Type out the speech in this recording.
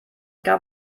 gab